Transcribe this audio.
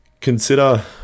Consider